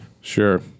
Sure